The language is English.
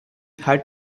had